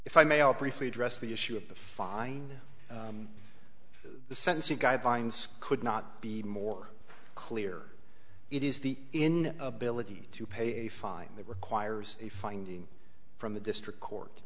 if i may all briefly address the issue of the fine the sentencing guidelines could not be more clear it is the in ability to pay a fine that requires a finding from the district court